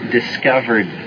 discovered